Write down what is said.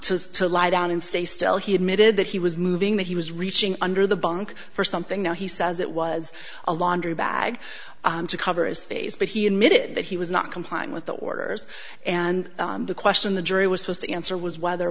order to lie down and stay still he admitted that he was moving that he was reaching under the bunk for something now he says it was a laundry bag to cover his face but he admitted that he was not complying with the orders and the question the jury was supposed to answer was whether